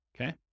Okay